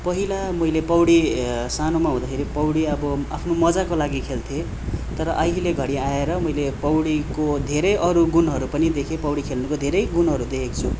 पहिला मैले पौडी सानोमा हुँदाखेरि पौडी अब आफ्नो मज्जाको लागि खेल्थेँ तर अहिले घडी आएर मैले पौडीको धेरै अरू गुणहरू पनि देखेँ पौडी खेल्नुको धेरै गुणहरू देखेको छु